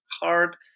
hard